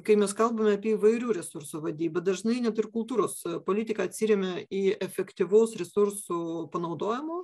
kai mes kalbam apie įvairių resursų vadybą dažnai net ir kultūros politika atsiremia į efektyvaus resursų panaudojimo